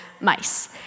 mice